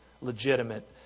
legitimate